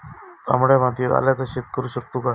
तामड्या मातयेत आल्याचा शेत करु शकतू काय?